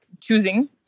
choosing